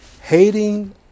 hating